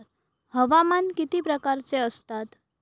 हवामान किती प्रकारचे असतात?